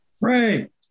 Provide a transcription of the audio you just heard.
Right